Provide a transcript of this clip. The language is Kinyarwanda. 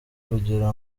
kugira